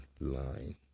line